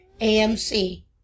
AMC